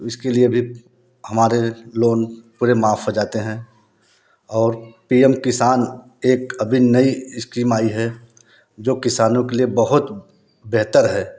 इसके लिए भी हमारे लोन पूरे माफ हो जाते है और पी एम किसान एक अभी नई एस्कीम आई है जो किसानों के लिए बहुत बेहतर है